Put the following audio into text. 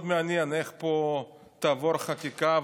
מאוד מעניין איך פה תעבור החקיקה.